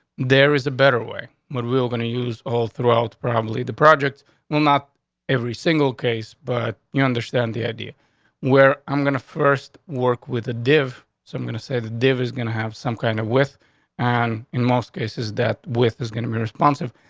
there is a better way what we're going to use whole throughout. probably the project will not every single case. but you understand the idea where i'm gonna first work with the deaf. so i'm gonna say that dave is gonna have some kind of with on and in most cases that with is going to be responsive,